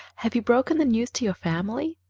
have you broken the news to your family?